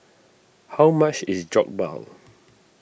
how much is Jokbal